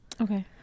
okay